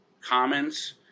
comments